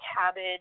cabbage